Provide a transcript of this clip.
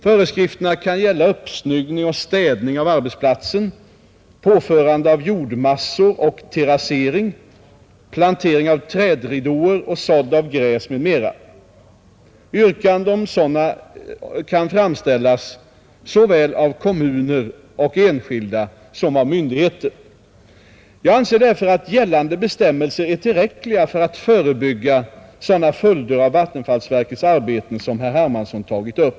Föreskrifterna kan gälla uppsnyggning och städning av arbetsplatsen, påförande av jordmassor och terassering, plantering av trädridåer och sådd av gräs m.m. Yrkande om sådana kan framställas såväl av kommuner och enskilda som av myndigheter. Jag anser därför att gällande bestämmelser är tillräckliga för att förebygga sådana följder av vattenfallsverkets arbeten som herr Hermansson tagit upp.